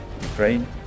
Ukraine